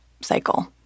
cycle